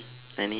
any